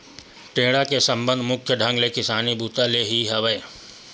टेंड़ा के संबंध मुख्य ढंग ले किसानी बूता ले ही हवय